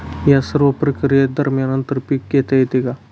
या सर्व प्रक्रिये दरम्यान आंतर पीक घेता येते का?